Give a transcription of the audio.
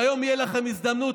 שהיום תהיה לכם הזדמנות,